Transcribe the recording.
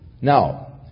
Now